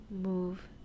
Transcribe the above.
move